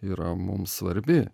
yra mums svarbi